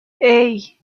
hey